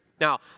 Now